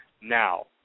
now